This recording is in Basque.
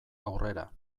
aurrera